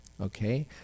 Okay